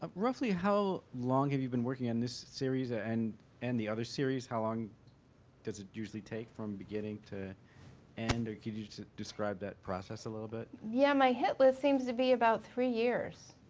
ah roughly how long have you been working on this series? ah and and the other series, how long does it usually take from beginning to end or could you describe that process a little bit? yeah my hit list seems to be about three years.